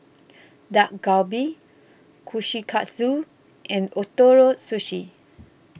Dak Galbi Kushikatsu and Ootoro Sushi